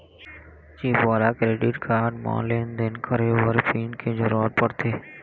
chip वाला debit card म लेन देन करे बर पिन के जरूरत परथे